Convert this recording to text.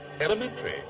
Elementary